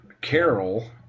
Carol